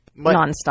nonstop